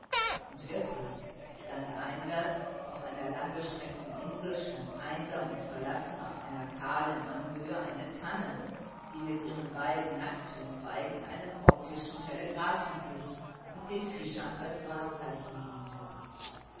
und wirklich landeinwärts auf einer langgestreckten insel stand einsam und verlassen auf einer kahlen anhöhe eine tanne die mit ihren beiden nackten zweigen einem optischen telegraphen glich und den fischern als wahrzeichen diente